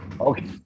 okay